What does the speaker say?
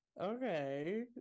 okay